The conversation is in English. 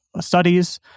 studies